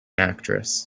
actress